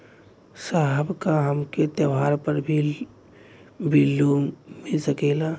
साहब का हमके त्योहार पर भी लों मिल सकेला?